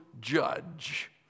judge